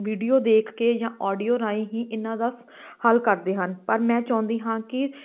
video ਦੇਖ ਕੇ ਜਾਂ ਓਡੀਓ ਰਾਹੀਂ ਹੀ ਇਹਨਾਂ ਦਾ ਸ ਹੱਲ ਕਰਦੇ ਹਨ ਪਰ ਮੈਂ ਚਾਹੁੰਦੀ ਹਾਂ ਕਿ